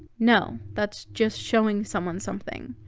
no. that's just showing someone something.